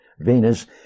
Venus